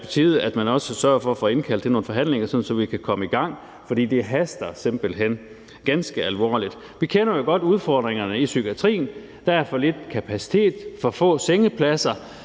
er på tide, at man også sørger for at få indkaldt til nogle forhandlinger, sådan at vi kan komme i gang, for det haster simpelt hen ganske alvorligt. Vi kender jo godt udfordringerne i psykiatrien. Der er for lidt kapacitet, for få sengepladser,